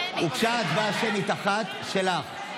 הוגשה הצבעה שמית אחת שלך,